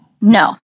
no